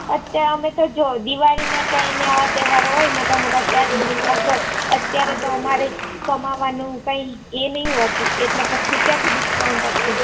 અત્યારે અમે તો જો દિવાળીના ટાઇમે આવા તહેવારો હોય ને મોટા મોટા ત્યારે ડિસ્કાઉન્ટ હોય અત્યારે તો અમારે કમાવાનું કંઈ એ નથી હોતું એટલે પછી ક્યાંથી ડિસ્કાઉન્ટ આપે